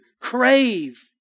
crave